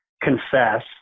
confess